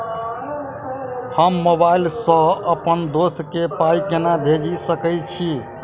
हम मोबाइल सअ अप्पन दोस्त केँ पाई केना भेजि सकैत छी?